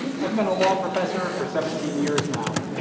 i've been a law professor for seventeen years now.